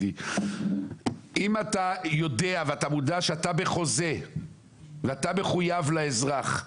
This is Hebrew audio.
אם אתה יודע ואתה מודע שאתה בחוזה ואתה מחויב לאזרח,